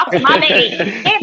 money